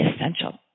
essential